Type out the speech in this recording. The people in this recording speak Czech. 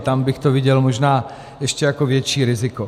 Tam bych to viděl možná ještě jako větší riziko.